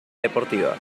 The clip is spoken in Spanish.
deportiva